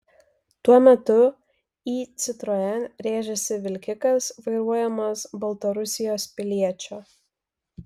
tuo metu į citroen rėžėsi vilkikas vairuojamas baltarusijos piliečio